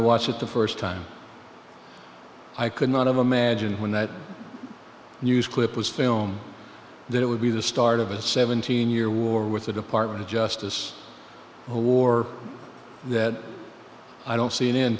watched it the first time i could not have imagined when that news clip was film that it would be the start of a seventeen year war with the department of justice a war that i don't